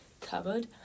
covered